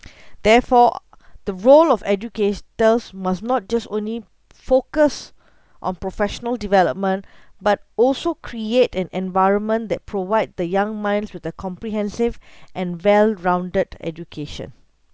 therefore the role of educators must not just only focus on professional development but also create an environment that provide the young minds with a comprehensive and well-rounded education